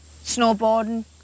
snowboarding